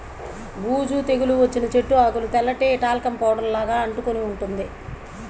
బూజు తెగులు వచ్చిన చెట్టు ఆకులకు తెల్లటి టాల్కమ్ పౌడర్ లాగా అంటుకొని ఉంటుంది